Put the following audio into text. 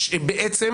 השאלה,